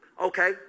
Okay